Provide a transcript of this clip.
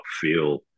feel